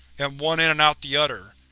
and one end and out the other,